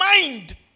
mind